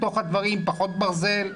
פחות ברזל,